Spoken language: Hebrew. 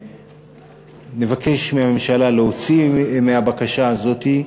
נבקש מהממשלה להוציא מהבקשה הזאת,